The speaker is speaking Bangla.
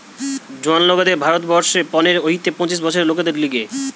জোয়ান লোকদের ভারত বর্ষে পনের হইতে পঁচিশ বছরের লোকদের লিগে